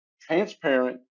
transparent